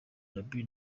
gaby